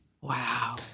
Wow